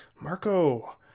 Marco